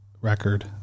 record